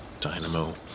Dynamo